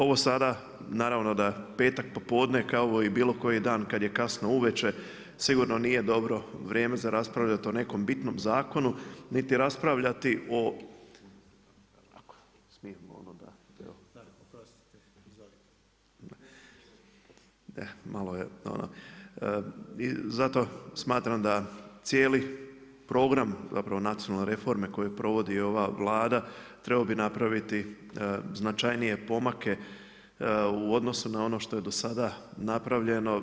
Ovo sada, naravno, da petak popodne kao i bilo koji dan kad je kasno uvečer, sigurno nije dobro vrijeme za raspravljati o nekom bitnom zakonu, niti raspravljati o, zato smatram da cijeli program, zapravo nacionalne reforme koje provodi ova Vlada trebao bi napraviti značajnije pomake u odnosu na ono što je do sada napravljeno.